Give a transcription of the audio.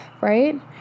Right